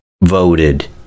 voted